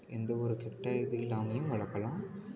எந்த ஒரு கெட்ட இது இல்லாமலும் வளர்க்கலாம்